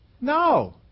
No